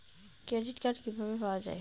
Credit card কিভাবে পাওয়া য়ায়?